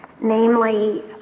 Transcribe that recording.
namely